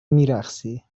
میرقصی